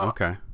Okay